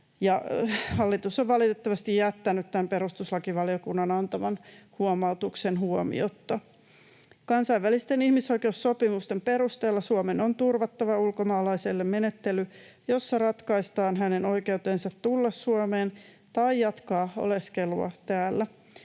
Hallitus on valitettavasti jättänyt tämän perustuslakivaliokunnan antaman huomautuksen huomiotta. Kansainvälisten ihmisoikeussopimusten perusteella Suomen on turvattava ulkomaalaiselle menettely, jossa ratkaistaan hänen oikeutensa tulla Suomeen tai jatkaa oleskelua täällä.